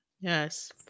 Yes